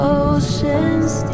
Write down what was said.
oceans